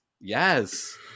yes